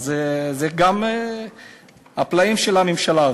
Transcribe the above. אז אלה הפלאים של הממשלה הזאת.